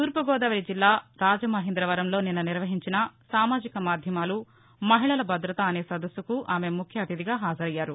తూర్పు గోదావరి జిల్లా రాజమహేందవరంలో నిన్న నిర్వహించిన సామాజిక మాధ్యమాలు మహిళల భద్రత అనే సదస్సుకు ఆమె ముఖ్య అతిథిగా హాజరయ్యారు